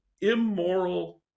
immoral